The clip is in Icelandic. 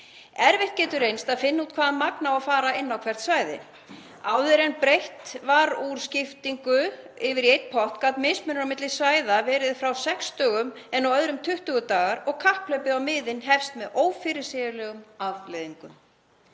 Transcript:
Erfitt getur reynst að finna út hvaða magn á að fara inn á hvert svæði. Áður en breytt var úr skiptingu yfir í einn pott gat mismunur á milli svæða verið frá sex dögum en á öðrum 20 dagar og kapphlaupið á miðin hefst með ófyrirsjáanlegum afleiðingum.